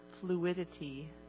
fluidity